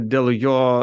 dėl jo